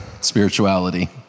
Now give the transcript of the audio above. spirituality